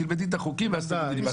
תלמדי את החוקים ואז תגידי לי מה טוב.